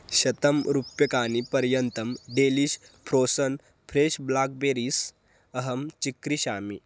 शतं रूप्यकाणि पर्यन्तं डेलिश् फ्रोसन् फ्रेश् ब्लाक्बेरीस् अहं चिक्रीषामि